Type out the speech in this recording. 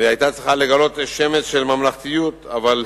נסים זאב (ש"ס):